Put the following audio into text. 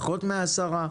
פחות מ-10?